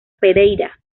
pereira